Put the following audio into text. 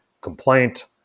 complaint